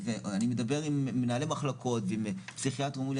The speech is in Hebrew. זה נמצא בחלקים מסוימים ולא בכול.